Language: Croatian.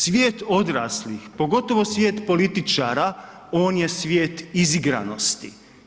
Svijet odraslih pogotovo svijet političara, on je svijet izigranosti.